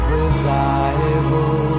revival